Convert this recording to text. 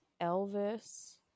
Elvis